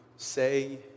Say